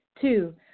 Two